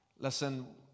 Listen